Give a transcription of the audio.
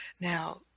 Now